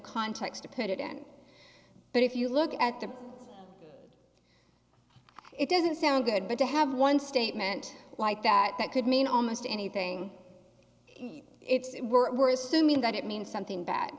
context to put it in but if you look at them it doesn't sound good but to have one statement like that that could mean almost anything it's were assuming that it means something bad